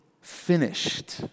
finished